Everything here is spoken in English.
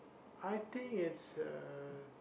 I think it's a